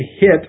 hit